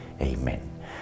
Amen